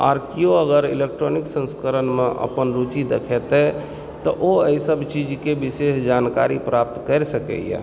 आओर केओ अगर इलेक्ट्रॉनिक संस्करणमे अपन रुचि देखेतय तऽ ओ एहिसभ चीजकेँ विशेष जानकारी प्राप्त करि सकयए